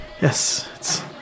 Yes